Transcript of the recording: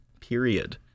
period